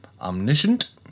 omniscient